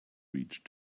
reach